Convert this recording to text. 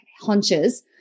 hunches